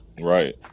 Right